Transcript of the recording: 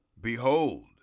behold